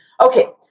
Okay